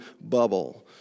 bubble